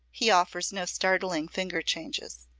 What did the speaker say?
he offers no startling finger changes.